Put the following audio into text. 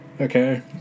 Okay